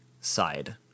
side